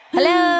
Hello